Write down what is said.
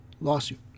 lawsuit